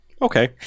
okay